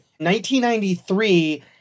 1993